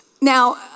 Now